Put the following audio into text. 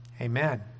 Amen